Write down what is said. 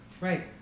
Right